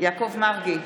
יעקב מרגי,